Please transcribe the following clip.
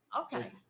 Okay